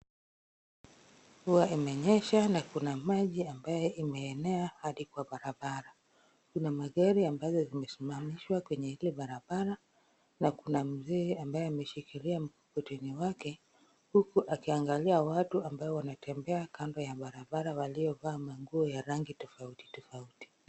Mvua imenyesha na kuna maji ambayo imeenea hadi kwa barabara. Kuna magari ambazo zimesimamishwa kwenye ile barabara na kuna mzee ambaye ameshikilia mkokoteni wake huku akiangalia watu ambao wanatembea kando ya barabara waliovaa nguo ya rangi tofautitofauti.